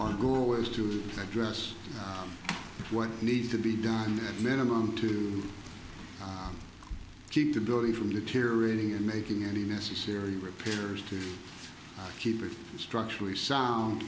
our goal is to address what needs to be done at minimum to keep the dory from deteriorating and making any necessary repairs to keep it structurally sound